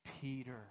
Peter